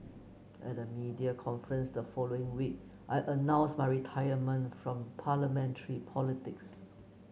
at a media conference the following week I announced my retirement from parliamentary politics